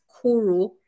kuru